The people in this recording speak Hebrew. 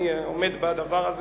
אני עומד בדבר הזה.